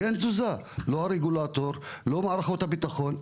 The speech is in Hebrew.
ואין תזוזה לא של הרגולטור ולא של מערכות הביטחון,